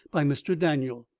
by mr. daniel.